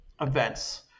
events